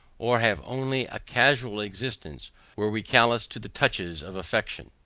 or have only a casual existence were we callous to the touches of affection.